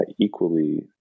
equally